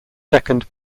second